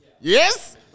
Yes